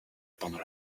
pendant